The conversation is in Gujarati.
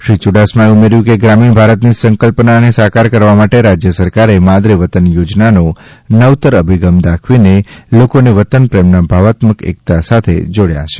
શ્રી યુડાસમાએ ઉમેર્યુ કે ગ્રામીણ ભારતની સંકલ્પનાને સાકાર કરવા માટે રાજ્ય સરકારે માદરે વતન યોજના નો નવતર અભિગમ દાખવીને લોકોને વતન પ્રેમના ભાવાત્મક એકતા સાથે જોડાયા છે